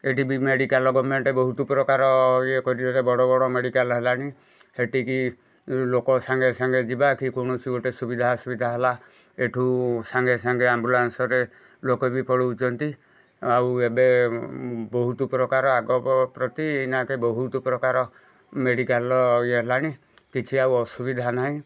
ଏଠି ବି medical government ବହୁତ ପ୍ରକାର ଇଏ କରିକି ବଡ଼ ବଡ଼ ମେଡିକାଲ୍ ହେଲାଣି ହେଟିକି ଲୋକ ସାଙ୍ଗେ ସାଙ୍ଗେ ଯିବା କି କୌଣସି ଗୋଟେ ସୁବିଧା ଅସୁବିଧା ହେଲା ଏଠୁ ସାଙ୍ଗେ ସାଙ୍ଗେ ଆମ୍ବୁଲାନ୍ସରେ ଲୋକ ବି ପଳାଉଛନ୍ତି ଆଉ ଏବେ ବହୁତ ପ୍ରକାର ଆଗ ପ୍ରତି ନାକେ ବହୁତ ପ୍ରକାର ମେଡ଼ିକାଲ୍ ଇଏ ହେଲାଣି କିଛି ଆଉ ଅସୁବିଧା ନାହିଁ